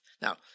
Now